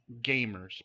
gamers